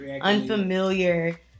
unfamiliar